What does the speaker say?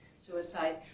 Suicide